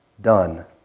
done